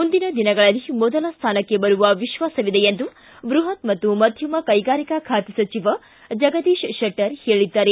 ಮುಂದಿನ ದಿನಗಳಲ್ಲಿ ಮೊದಲ ಸ್ಥಾನಕ್ಷೆ ಬರುವ ವಿಶ್ವಾಸವಿದೆ ಎಂದು ಬೃಹತ್ ಮತ್ತು ಮಧ್ಯಮ ಕೈಗಾರಿಕಾ ಖಾತೆ ಸಚಿವ ಜಗದೀಶ್ ಶೆಟ್ಟರ್ ಹೇಳಿದ್ದಾರೆ